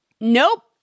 Nope